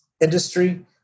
industry